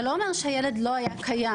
זה לא אומר שהילד לא היה קיים.